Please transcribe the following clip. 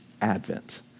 Advent